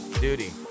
Duty